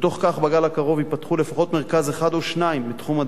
בגל הקרוב ייפתחו לפחות מרכז אחד או שניים בתחום מדעי הרוח.